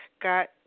got